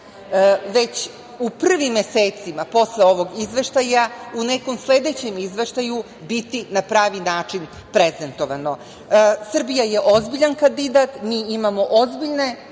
već u prvim mesecima posle ovog izveštaja u nekom sledećem izveštaju biti na pravi način prezentovano. Srbija je ozbiljan kandidat, mi imamo ozbiljne